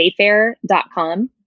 wayfair.com